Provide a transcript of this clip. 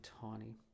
tiny